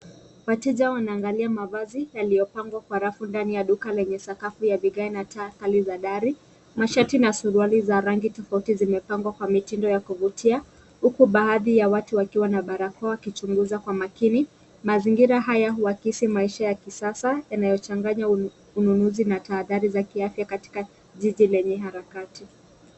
Wateja wanaangalia mavazi yaliyopangwa kwa rafu ndani ya duka lenye sakafu ya taa kali za dari. Mashati na suruali za rangi tofauti zimepangwa kwa mitindo ya kuvutia huku baadhi ya watu wakiwa na barakoa wakichunguza kwa makini. Mazingira haya huwakisi maisha ya kisasa yanayochanganya ununuzi na tahadhari za kiafya katika jiji lenye harakati.